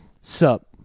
sup